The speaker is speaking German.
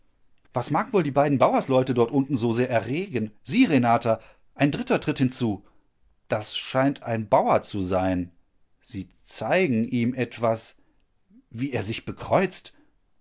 was mag wohl die beiden bürgersleute dort unten so sehr erregen sieh renata ein dritter tritt hinzu das scheint ein bauer zu sein sie zeigen ihm etwas wie er sich bekreuzt